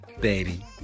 Baby